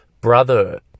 brother